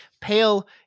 Pale